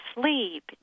sleep